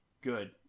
good